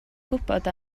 gwybod